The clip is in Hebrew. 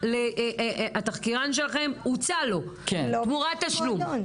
התחקירן שלכם, הוצע לו תמורת תשלום.